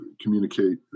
communicate